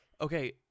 Okay